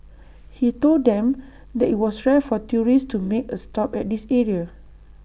he told them that IT was rare for tourists to make A stop at this area